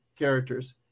Characters